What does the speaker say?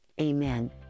amen